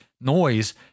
noise